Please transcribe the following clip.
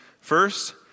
First